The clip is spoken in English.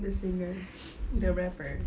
the singer the rapper